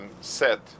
set